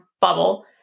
Bubble